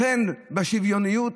לכן בשוויוניות,